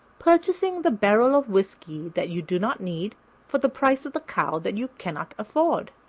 purchasing the barrel of whiskey that you do not need for the price of the cow that you cannot afford.